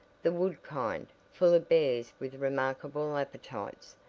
the wood-kind, full of bears with remarkable appetites,